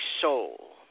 soul